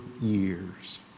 years